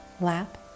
lap